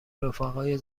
رفقای